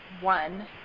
one